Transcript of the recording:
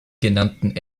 genannten